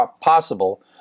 possible